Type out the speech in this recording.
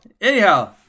anyhow